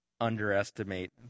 underestimate